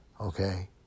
okay